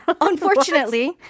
Unfortunately